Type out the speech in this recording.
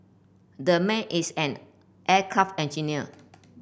the man is an aircraft engineer